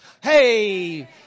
Hey